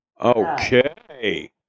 Okay